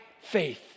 faith